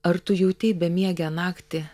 ar tu jautei bemiegę naktį